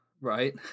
right